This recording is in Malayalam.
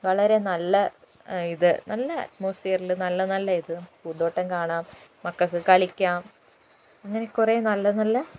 വളരെ നല്ല ഇത് നല്ല അറ്റ്മോസ്ഫിയറിൽ നല്ല നല്ല ഇത് പൂന്തോട്ടം കാണാം മക്കൾക്ക് കളിക്കാം അങ്ങനെ കുറേ നല്ല നല്ല